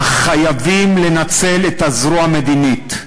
אך חייבים לנצל את הזרוע המדינית.